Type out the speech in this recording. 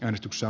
äänestyksessä